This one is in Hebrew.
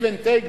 give and take,